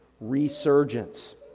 resurgence